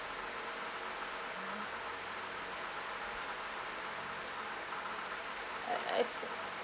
I I think